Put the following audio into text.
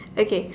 okay